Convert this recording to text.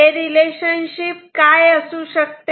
तर हे रिलेशनशिप काय असू शकते